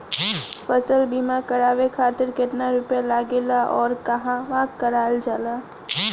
फसल बीमा करावे खातिर केतना रुपया लागेला अउर कहवा करावल जाला?